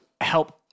help